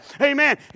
Amen